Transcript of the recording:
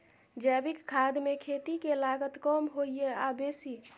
जैविक खाद मे खेती के लागत कम होय ये आ बेसी?